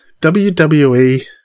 WWE